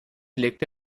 legte